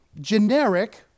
generic